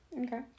Okay